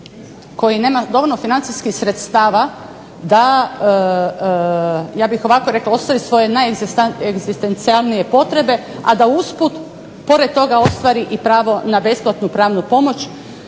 koji nema dovoljno financijskih sredstava da ja bih ovako rekla ostavi svoje najegzistencijalnije potrebe a da usput pored toga ostvari i pravo na besplatnu pravnu pomoć